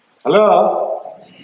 Hello